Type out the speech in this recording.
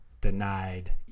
denied